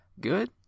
good